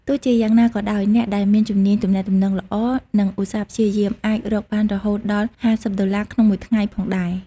ទោះជាយ៉ាងណាក៏ដោយ អ្នកដែលមានជំនាញទំនាក់ទំនងល្អ និងឧស្សាហ៍ព្យាយាម អាចរកបានរហូតដល់ ៥០ ដុល្លារក្នុងមួយថ្ងៃផងដែរ។